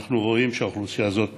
אנחנו רואים שהאוכלוסייה הזאת משתלבת.